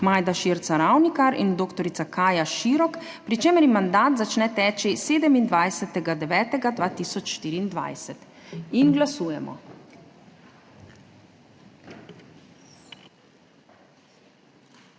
Majda Širca Ravnikar in dr. Kaja Širok, pri čemer jim mandat začne teči 27. 9. 2024. Glasujemo.